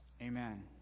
amen